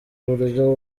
buryo